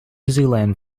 zealand